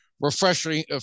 refreshing